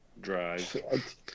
drive